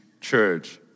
church